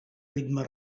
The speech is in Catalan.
ritme